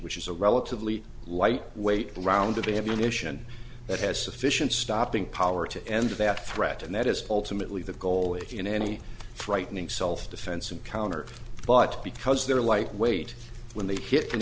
which is a relatively light weight round of ammunition that has sufficient stopping power to end of that threat and that is ultimately the goal in any frightening self defense encounter but because they're like weight when they hit an